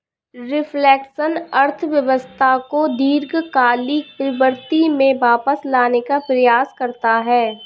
reflection अर्थव्यवस्था को दीर्घकालिक प्रवृत्ति में वापस लाने का प्रयास करता है